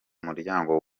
muryango